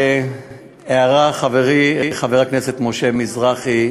הערה, חברי חבר הכנסת משה מזרחי,